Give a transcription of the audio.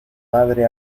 madre